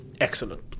excellent